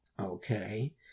Okay